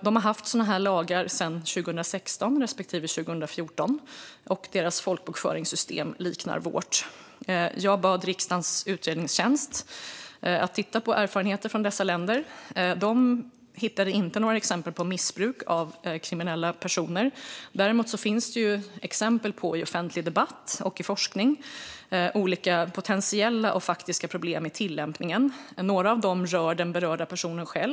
De har haft sådana lagar sedan 2016 respektive 2014, och deras folkbokföringssystem liknar vårt. Jag bad riksdagens utredningstjänst att titta på erfarenheter från dessa länder. De hittade inte några exempel på missbruk av kriminella personer. Däremot finns det exempel i offentlig debatt och i forskning på olika potentiella och faktiska problem i tillämpningen. Några av dem rör den berörda personen själv.